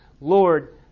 Lord